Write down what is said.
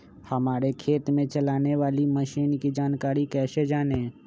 हमारे खेत में चलाने वाली मशीन की जानकारी कैसे जाने?